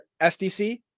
sdc